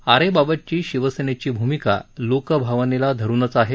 आरेबाबतची शिवसेनेची भूमिका लोक भावनेला धरुनच आहे